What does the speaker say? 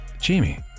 Jamie